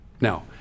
Now